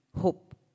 hope